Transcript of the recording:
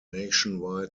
nationwide